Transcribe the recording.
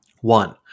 One